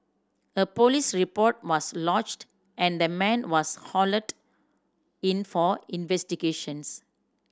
a police report was lodged and the man was hauled in for investigations